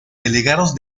delegados